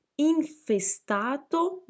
infestato